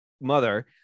mother